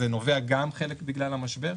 חלק מזה נובע גם בגלל המשבר,